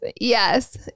yes